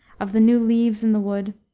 of the new leaves in the wood,